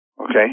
okay